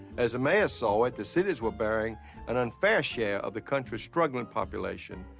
as the mayors saw it, the cities were bearing an unfair share of the country's struggling population,